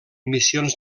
missions